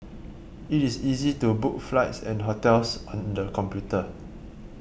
it is easy to book flights and hotels on the computer